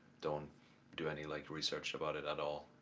don't do any like research about it at all.